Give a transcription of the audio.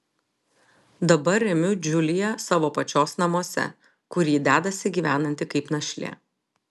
dabar remiu džiuliją savo pačios namuose kur ji dedasi gyvenanti kaip našlė